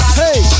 hey